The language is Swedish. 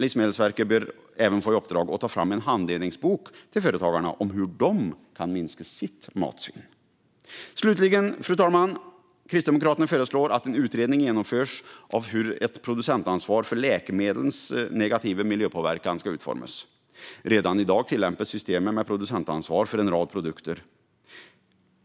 Livsmedelsverket bör också få i uppdrag att ta fram en handledningsbok till företagarna om hur de kan minska sitt matsvinn. Slutligen, fru talman, föreslår Kristdemokraterna att en utredning genomförs av hur ett producentansvar för läkemedlens negativa miljöpåverkan ska utformas. Redan i dag tillämpas systemet med producentansvar för en rad produkter.